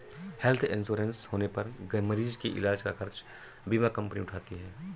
health insurance होने पर मरीज के इलाज का खर्च बीमा कंपनी उठाती है